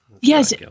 Yes